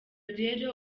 rero